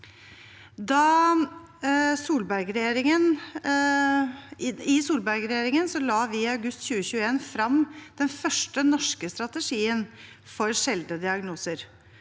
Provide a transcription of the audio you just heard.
Solberg-regjeringen la i august 2021 frem den første norske strategien for sjeldne diagnoser,